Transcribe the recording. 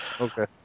Okay